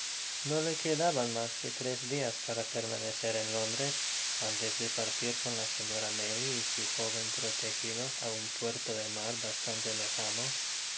no le quedaban mas que tres dias para perma necer en londres antes de partir con la señora maylie y su joven protegido á un puerto de maf bastante lejano